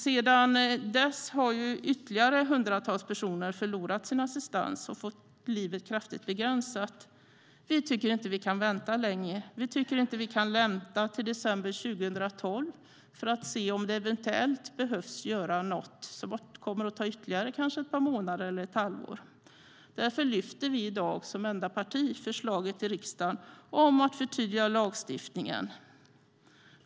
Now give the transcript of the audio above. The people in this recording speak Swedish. Sedan dess har ytterligare hundratals personer förlorat sin assistans och fått livet kraftigt begränsat. Vi tycker inte att vi kan vänta längre. Vi tycker inte att vi kan vänta till december 2012 för att se om det eventuellt behöver göras något som kanske kommer att ta ytterligare ett par månader eller ett halvår. Därför lyfter vi i dag som enda parti fram förslaget till riksdagen om att förtydliga lagstiftningen.